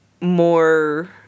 more